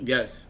Yes